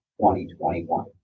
2021